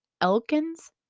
Elkin's